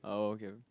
oh okay